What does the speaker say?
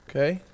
Okay